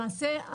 למעשה,